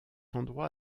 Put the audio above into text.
endroit